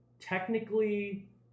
Technically